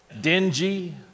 dingy